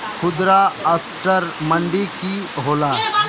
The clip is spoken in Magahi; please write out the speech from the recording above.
खुदरा असटर मंडी की होला?